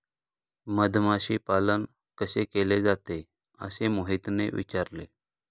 मधमाशी पालन कसे केले जाते? असे मोहितने विचारले